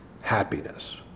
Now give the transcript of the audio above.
happiness